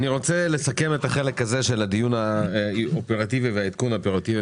אני רוצה לסכם את החלק הזה של הדיון האופרטיבי והעדכון האופרטיבי.